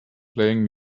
playing